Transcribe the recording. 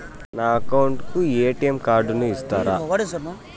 నా అకౌంట్ కు ఎ.టి.ఎం కార్డును ఇస్తారా